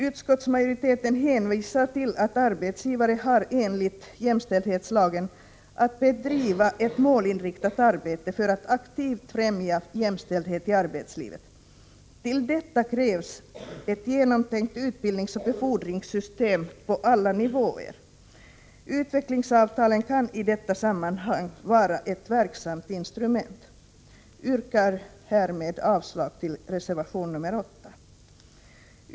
Utskottsmajoriteten hänvisar till att arbetsgivare enligt jämställdhetslagen har att bedriva ett målinriktat arbete för att aktivt främja jämställdhet i arbetslivet. Till detta krävs ett genomtänkt utbildningsoch befordringssystem på alla nivåer. Utvecklingsavtalen kan i detta sammanhang vara ett verksamt instrument. Jag yrkar härmed avslag på reservation 8.